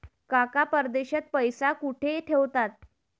काका परदेशात पैसा कुठे ठेवतात?